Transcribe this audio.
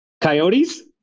Coyotes